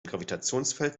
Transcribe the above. gravitationsfeld